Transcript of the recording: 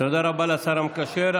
תודה רבה לשר המקשר.